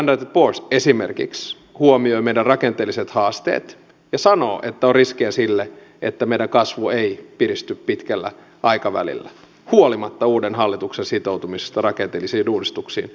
standard poors esimerkiksi huomioi meidän rakenteelliset haasteemme ja sanoo että on riskejä siihen että meidän kasvu ei piristy pitkällä aikavälillä huolimatta uuden hallituksen sitoutumisesta rakenteellisiin uudistuksiin